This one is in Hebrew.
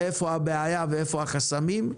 ואיפה הבעיה ואיפה החסמים.